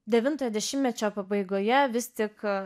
devintojo dešimtmečio pabaigoje vis tik